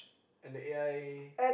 and the A_I